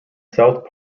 south